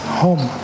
home